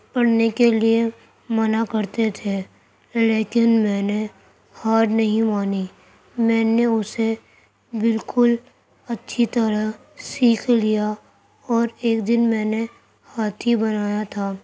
پڑنے کے لیے منع کرتے تھے لیکن میں نے ہار نہیں مانی میں نے اسے بالکل اچھی طرح سیکھ لیا اور ایک دن میں نے ہاتھی بنایا تھا